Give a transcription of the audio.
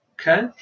okay